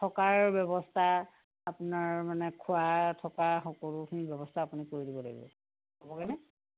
থকাৰ ব্যৱস্থা আপোনাৰ মানে খোৱা থকা সকলোখিনি ব্যৱস্থা আপুনি কৰি দিব লাগিব হ'বগৈনে